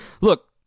Look